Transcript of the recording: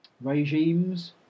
regimes